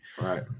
Right